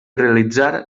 realitzar